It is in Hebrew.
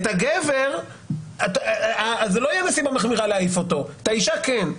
את הגבר זו לא תהיה נסיבה מחמירה להעיף ואת האישה כן.